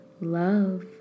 love